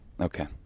Okay